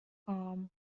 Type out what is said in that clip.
arm